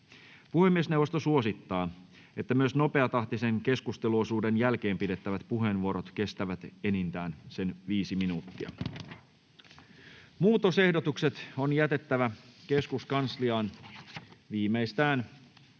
Puhemiesneuvosto suosittaa, että myös nopeatahtisen keskusteluosuuden jälkeen pidettävät puheenvuorot kestävät enintään 5 minuuttia. Muutosehdotukset on jätettävä keskuskansliaan viimeistään